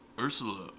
ursula